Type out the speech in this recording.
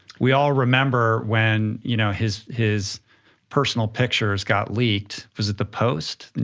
we all remember when you know his his personal pictures got leaked, was it the post,